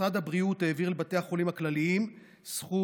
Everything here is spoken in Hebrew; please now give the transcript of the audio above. משרד הבריאות העביר לבתי החולים הכלליים סכום